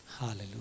Hallelujah